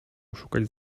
szukać